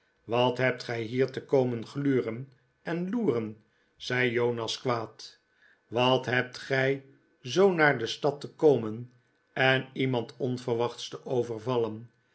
wat hebt gij hier te komen gluren en loeren zei jonas kwaad wat hebt gij zoo naar de stad te komen en iemand onverwachts te overvallen